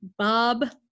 Bob